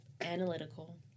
analytical